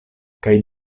kaj